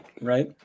right